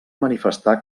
manifestar